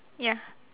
ya